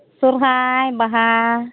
ᱥᱚᱦᱚᱨᱟᱭ ᱵᱟᱦᱟ